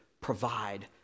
provide